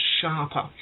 sharper